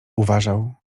uważał